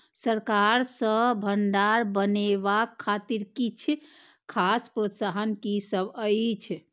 सरकार सँ भण्डार बनेवाक खातिर किछ खास प्रोत्साहन कि सब अइछ?